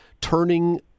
turning